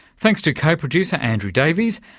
thanks to co-producer andrew davies,